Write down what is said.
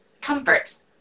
comfort